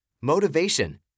Motivation